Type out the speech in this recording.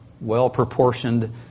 well-proportioned